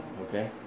Okay